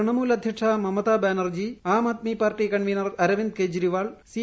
തൃണമൂൽ അധ്യക്ഷ Mamata ബ്രിന്റർജി Aam Aadmi party convener Aravind Kejriwal C